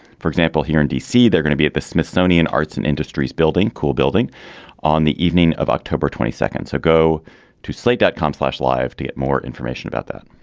for example here in d c. they're going to be at the smithsonian arts and industries building cool building on the evening of october twenty seconds ago to slate dot com slash live to get more information about that